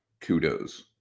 kudos